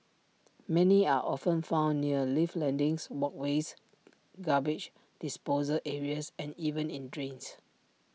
many are often found near lift landings walkways garbage disposal areas and even in drains